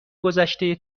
گذشته